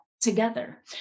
together